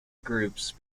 groups